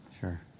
Sure